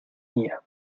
mía